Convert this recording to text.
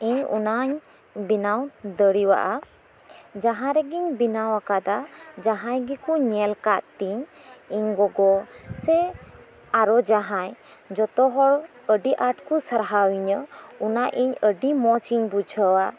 ᱤᱧ ᱚᱱᱟᱧ ᱵᱮᱱᱟᱣ ᱫᱟᱲᱮᱭᱟᱜᱼᱟ ᱡᱟᱦᱟᱸ ᱨᱮᱜᱤᱧ ᱵᱮᱱᱟᱣ ᱟᱠᱟᱫᱟ ᱡᱟᱦᱟᱸᱭ ᱜᱮᱠᱩ ᱧᱮᱞ ᱟᱠᱟᱫ ᱛᱤᱧ ᱤᱧ ᱜᱚᱜᱚ ᱥᱮ ᱟᱨᱳ ᱡᱟᱦᱟᱸᱭ ᱡᱚᱛᱚᱦᱚᱲ ᱟᱹᱰᱤ ᱟᱴᱠᱩ ᱥᱟᱨᱦᱟᱣ ᱤᱧᱟᱹ ᱚᱱᱟ ᱤᱧ ᱟᱹᱰᱤ ᱢᱚᱡᱽ ᱤᱧ ᱵᱩᱡᱷᱟᱹᱣᱟ